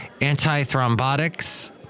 antithrombotics